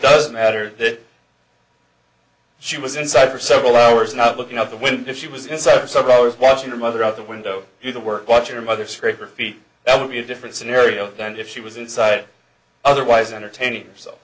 doesn't matter that she was inside for several hours not looking out the window she was inside for several hours watching her mother out the window do the work watching her mother straight her feet that would be a different scenario than if she was inside otherwise entertain